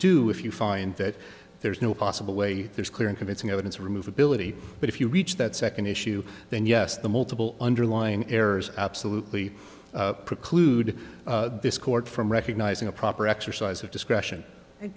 do if you find that there is no possible way there's clear and convincing evidence remove ability but if you reach that second issue then yes the multiple underlying errors absolutely preclude this court from recognizing a proper exercise of discretion and